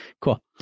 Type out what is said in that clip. cool